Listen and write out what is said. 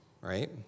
right